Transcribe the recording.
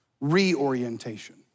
reorientation